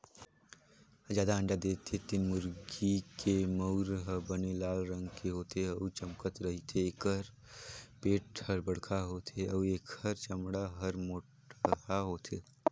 जादा अंडा देथे तेन मुरगी के मउर ह बने लाल रंग के होथे अउ चमकत रहिथे, एखर पेट हर बड़खा होथे अउ एखर चमड़ा हर मोटहा होथे